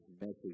message